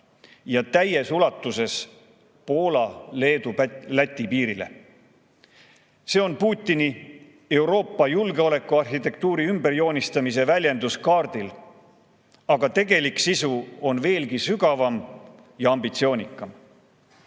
täies ulatuses Poola, Leedu ja Läti piirile. See on Putini Euroopa julgeolekuarhitektuuri ümberjoonistamise väljendus kaardil, aga tegelik sisu on veelgi sügavam ja ambitsioonikam. Mida